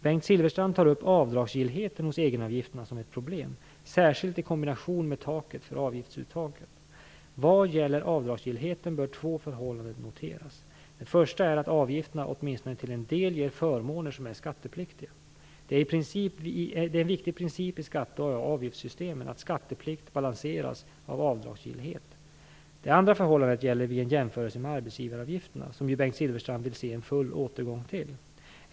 Bengt Silfverstrand tar upp avdragsgillheten hos egenavgifterna som ett problem, särskilt i kombination med taket för avgiftsuttaget. Vad gäller avdragsgillheten bör två förhållanden noteras. Det första är att avgifterna åtminstone till en del ger förmåner som är skattepliktiga. Det är en viktig princip i skatteoch avgiftssystemet att skatteplikt balanseras av avdragsgillhet. Det andra förhållandet gäller vid en jämförelse med arbetsgivaravgifterna, som ju Bengt Silfverstrand vill se en full återgång till.